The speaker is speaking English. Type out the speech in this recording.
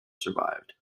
survived